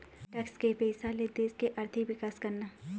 tax के पइसा ले देश के आरथिक बिकास करना